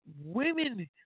women